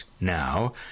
now